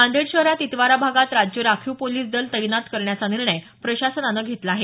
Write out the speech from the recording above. नांदेड शहरात इतवारा भागात राज्य राखीव पोलीस दल तैनात करण्याचा निर्णय प्रशासनानं घेतला आहे